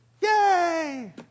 Yay